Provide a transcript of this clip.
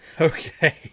Okay